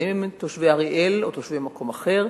אם תושבי אריאל או תושבי מקום אחר,